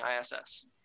ISS